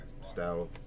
style